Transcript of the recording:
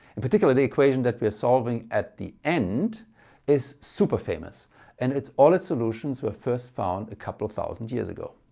in particular, the equation that we are solving at the end is super famous and all its solutions were first found a couple of thousand years ago.